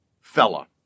fella